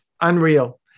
Unreal